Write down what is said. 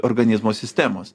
organizmo sistemos